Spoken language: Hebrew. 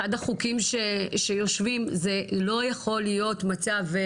אחד החוקים שיושבים זה לא יכול להיות מצב,